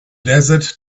desert